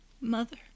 mother